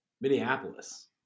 Minneapolis